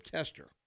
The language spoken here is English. Tester